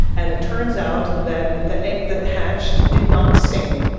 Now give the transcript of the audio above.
and it turns out that the egg that hatched did not sing,